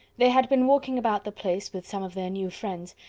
they had been walking about the place with some of their new friends,